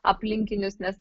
aplinkinius nes